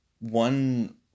One